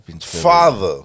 Father